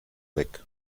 weg